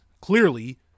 clearly